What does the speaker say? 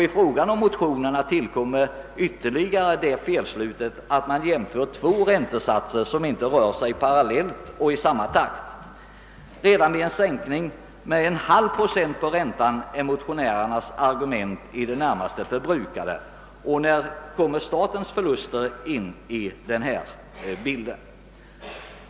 I fråga om motionerna tillkommer det felslutet att man jämför två räntesatser som inte rör sig parallellt och i samma takt. Redan vid en sänkning av räntan med en halv procent är motionärernas argument i det närmaste förbrukade. När kommer för övrigt statens förluster in i bilden?